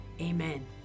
amen